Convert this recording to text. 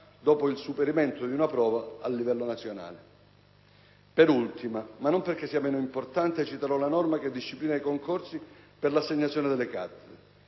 dopo il superamento di una prova a livello nazionale. Per ultima, ma non perché sia meno importante, citerò la norma che disciplina i concorsi per l'assegnazione delle cattedre.